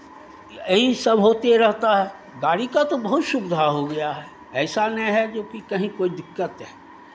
यही सब होते रहता है गाड़ी का तो बहुत सुविधा हो गया है ऐसा नहीं है जोकि कहीं कोई दिक्कत है